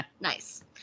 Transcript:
nice